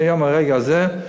מהיום, מהרגע הזה,